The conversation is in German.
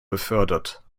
befördert